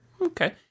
Okay